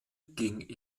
ging